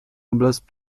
oblast